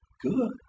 good